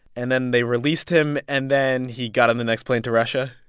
and then they released him, and then he got on the next plane to russia?